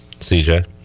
CJ